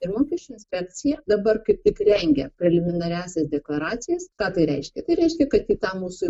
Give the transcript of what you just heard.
mokesčių inspekcija dabar kaip tik rengia preliminariąsias deklaracijas ką tai reiškia tai reiškia kad į tą mūsų